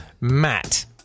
Matt